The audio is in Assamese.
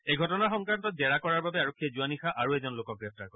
এই ঘটনাৰ সংক্ৰান্তত জেৰা কৰাৰ বাবে আৰক্ষীয়ে যোৱা নিশা আৰু এজন লোকক গ্ৰেপ্তাৰ কৰে